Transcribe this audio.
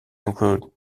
include